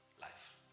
life